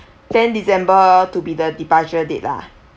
tenth december to be the departure date lah